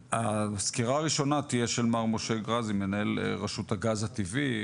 הסקירה הראשונה תהיה של מר משה גראזי מנהל רשות הגז הטבעי,